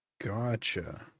Gotcha